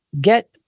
get